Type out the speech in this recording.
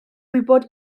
gwybod